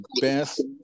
best